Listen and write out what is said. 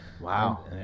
Wow